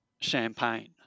champagne